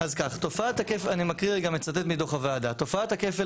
אני מצטט מדוח הוועדה: "תופעת הכפל